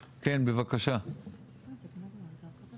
כן, בבקשה, דניאל.